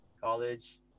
college